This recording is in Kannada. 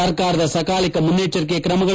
ಸರ್ಕಾರದ ಸಕಾಲಿಕ ಮುನ್ನೆಚ್ಚರಿಕೆ ತ್ರಮಗಳು